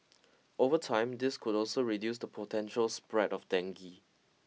over time this could also reduce the potential spread of dengue